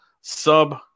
sub